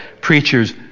preachers